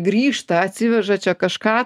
grįžta atsiveža čia kažką